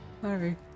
Sorry